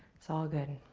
it's all good.